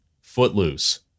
Footloose